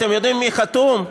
אתם יודעים מי חתום?